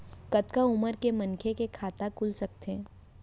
कतका उमर के मनखे के खाता खुल सकथे?